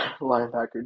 linebacker